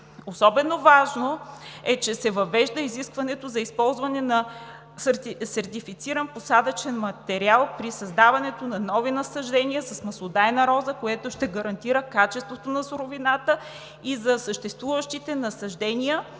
Особено важно е, че се въвежда изискването за използване на сертифициран посадъчен материал при създаването на нови насаждения с маслодайна роза, което ще гарантира качеството на суровината. За съществуващите насаждения